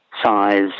size